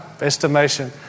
estimation